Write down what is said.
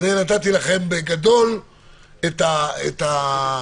נתתי לכם בגדול את העניין.